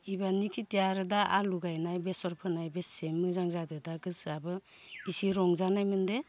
इबारनि खिथिया आरो दा आलु गायनाय बेसर फोनाय बेसे मोजां जादो दा गोसोआबो इसे रंजानाय मोनदो